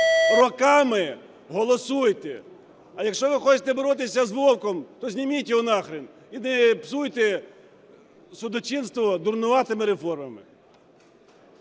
роками, голосуйте. А якщо ви хочете боротися з Вовком, то зніміть його нахрен і не псуйте судочинство дурнуватими реформами.